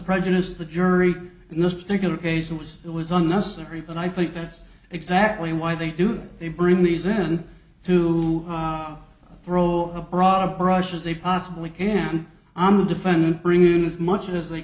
prejudice the jury in this particular case was it was unnecessary but i think that's exactly why they do that they bring these in to throw a broad brush as they possibly can on the defendant bring in as much as they